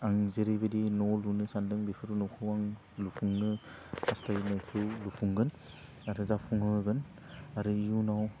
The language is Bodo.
आं जेरैबायदि न' लुनो सान्दों बेफोरो नखौ आं लुफुंनो हास्थायनायखौ लुफुंगोन नाथाय जाफुंहोगोन आरो इयुनाव